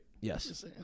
Yes